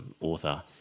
author